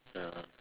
ya